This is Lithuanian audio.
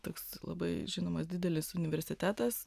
toks labai žinomas didelis universitetas